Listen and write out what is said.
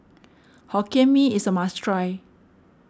Hokkien Mee is a must try